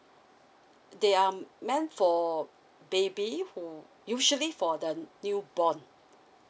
they um meant for baby who usually for the newborn